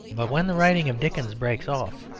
but when the writing of dickens breaks off,